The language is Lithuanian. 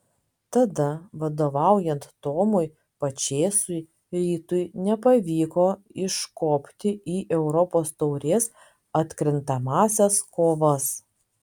tada vadovaujant tomui pačėsui rytui nepavyko iškopti į europos taurės atkrintamąsias kovas